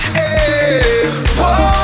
Whoa